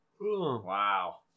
Wow